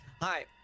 Hi